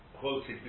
quoted